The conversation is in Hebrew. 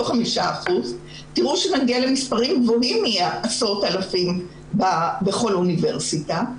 תראו שנגיע למספרים גבוהים מעשרות אלפים בכל אוניברסיטה.